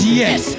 yes